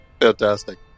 fantastic